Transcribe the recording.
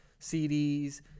CDs